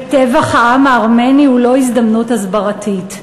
וטבח העם הארמני הוא לא הזדמנות הסברתית.